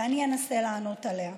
ואני אנסה לענות עליה.